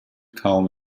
kaum